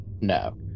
no